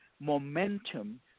momentum